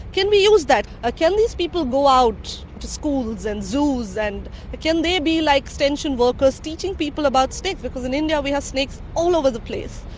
can we use that? ah can these people go out to schools and zoos and can they be like extension workers teaching people about snakes? because in india we have snakes all over the place.